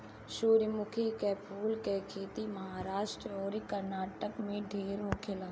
सूरजमुखी के फूल के खेती महाराष्ट्र अउरी कर्नाटक में ढेर होखेला